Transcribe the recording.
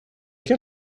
quel